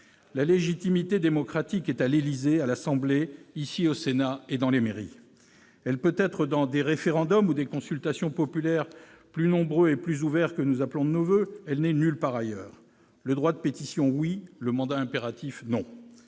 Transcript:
La légitimité démocratique est à l'Élysée, à l'Assemblée nationale, ici au Sénat, et dans les mairies. Elle peut être dans des référendums ou des consultations populaires plus nombreux et plus ouverts que nous appelons de nos voeux, elle n'est nulle part ailleurs. Le droit de pétition, oui, le mandat impératif, non